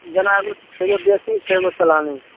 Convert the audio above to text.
जेना एगो एगो देशी छै एगो चलानी छै